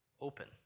open